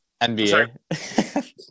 NBA